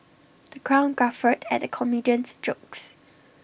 the crowd guffawed at the comedian's jokes